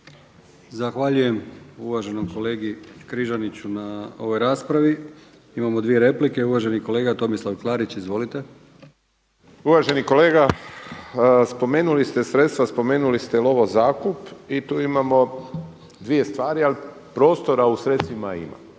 Zahvaljujem uvaženom kolegi Križaniću na ovoj raspravi. Imamo dvije replike, uvaženi kolega Tomislav Klarić. Izvolite. **Klarić, Tomislav (HDZ)** Uvaženi kolega, spomenuli ste sredstva, spomenuli ste lovo zakup i tu imamo dvije stvari, a prostora u sredstvima ima.